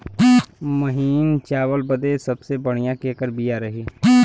महीन चावल बदे सबसे बढ़िया केकर बिया रही?